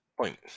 point